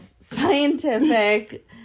scientific